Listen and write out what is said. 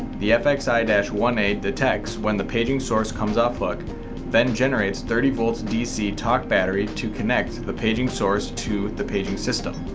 the fxi one a detects when the paging source comes off hook then generates thirty volts dc talk-battery to connect the paging source to the paging system.